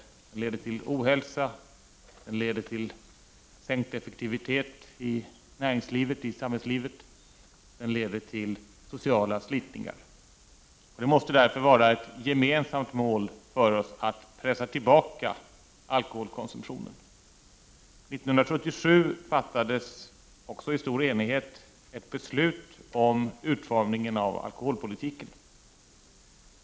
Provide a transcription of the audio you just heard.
Den leder till ohälsa, sänkt effektivitet i näringslivet och sam hällslivet och till sociala slitningar. Det måste därför vara ett gemensamt mål för oss att pressa tillbaka alkoholkonsumtionen. År 1977 fattades i stor enighet ett beslut om utformningen av alkoholpolitiken.